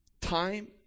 time